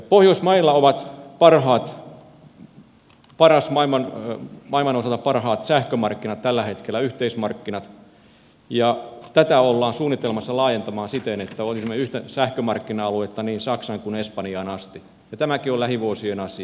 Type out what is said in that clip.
pohjoismailla on maailman osalta parhaat sähkömarkkinat tällä hetkellä yhteismarkkinat ja tätä ollaan suunnitelmassa laajentamassa siten että olisimme yhtä sähkömarkkina aluetta niin saksaan kuin espanjaan asti ja tämäkin on lähivuosien asia